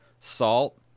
salt